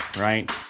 right